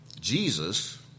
Jesus